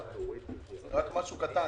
רבותיי, זו הצעה לסדר.